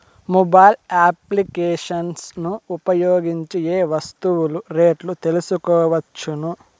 Mobile applications ను ఉపయోగించి ఏ ఏ వస్తువులు రేట్లు తెలుసుకోవచ్చును?